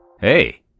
Hey